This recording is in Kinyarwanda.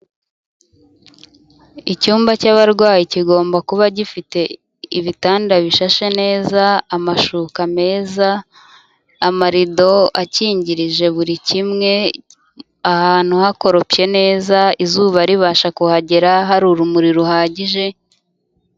Icyumba cy'abarwayi kigomba kuba gifite ibitanda bishashe neza, amashuka meza, amarido akingirije buri kimwe, ahantu hakoropye neza, izuba ribasha kuhagera, hari urumuri ruhagije.